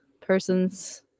persons